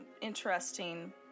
interesting